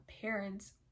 parents